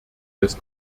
des